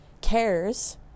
cares